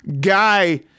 guy